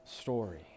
story